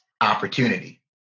opportunity